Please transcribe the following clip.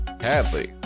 Hadley